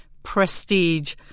Prestige